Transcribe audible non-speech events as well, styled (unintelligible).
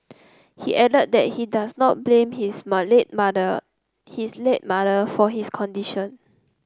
he added that he does not blame his (unintelligible) mother his late mother for his condition